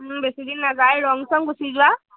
বেছিদিন নাযায় ৰং চং গুচি যোৱা